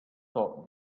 thought